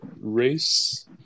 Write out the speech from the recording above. race